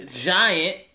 giant